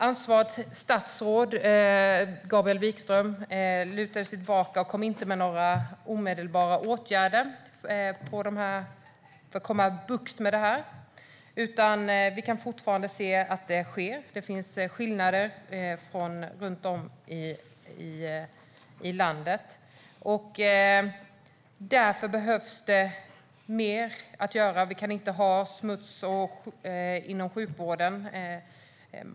Ansvarigt statsråd, Gabriel Wikström, lutade sig tillbaka och kom inte med några omedelbara åtgärder för att få bukt med det här, utan vi kan fortfarande se att det sker. Det finns skillnader runt om i landet, och det finns mer att göra. Vi kan inte ha smuts inom sjukvården.